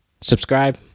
Subscribe